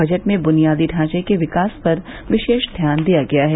budget में बुनियादी ढांचे के विकास पर विशेष ध्यान दिया गया है